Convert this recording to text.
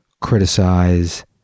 criticize